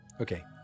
okay